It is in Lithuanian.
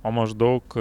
o maždaug